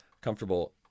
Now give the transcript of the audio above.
comfortable